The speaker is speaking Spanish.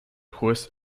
juez